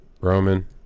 Roman